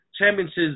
championships